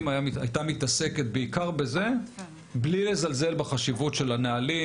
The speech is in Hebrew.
הייתה מתעסקת בעיקר בזה בלי לזלזל בחשיבות של הנהלים